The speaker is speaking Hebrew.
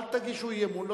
אל תגישו אי-אמון,